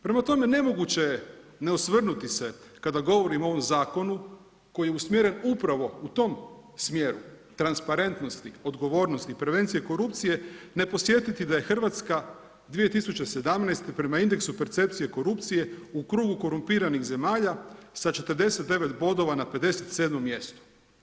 Prema tome, nemoguće je ne osvrnuti se kada govorimo o ovom zakonu koji je usmjeren upravo u tom smjeru, transparentnosti, odgovornosti, prevencije korupcije ne podsjetiti da je Hrvatska 2017. prema indeksu percepcije korupcije u krugu korumpiranih zemalja sa 49 bodova na 57. mjestu.